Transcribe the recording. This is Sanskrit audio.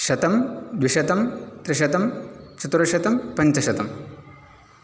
शतं द्विशतं त्रिशतं चतुर्शतं पञ्चशतम्